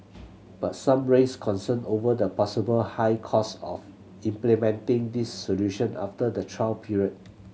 but some raised concern over the possible high cost of implementing these solution after the trial period